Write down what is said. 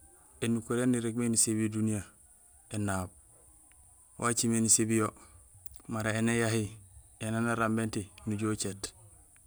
Ēnukuréén yaan irégmé nisébiyé duniyee yo yoomé énaab. Wacimé nisébi yo mara éni éyahi éni aan arambinté nucuhé ucéét.